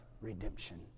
redemption